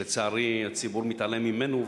ולצערי הציבור מתעלם ממנו,